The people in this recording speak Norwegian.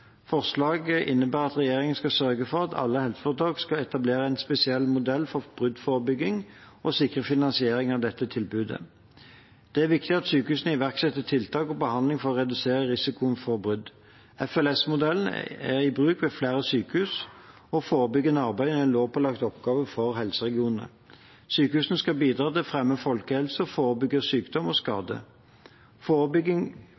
Forslaget innebærer at regjeringen skal sørge for at alle helseforetak skal etablere en spesiell modell for bruddforebygging og sikre finansiering av dette tilbudet. Det er viktig at sykehusene iverksetter tiltak og behandling for å redusere risikoen for brudd. FLS-modellen er i bruk ved flere sykehus, og forebyggende arbeid er en lovpålagt oppgave for helseregionene. Sykehusene skal bidra til å fremme folkehelse og forebygge sykdom og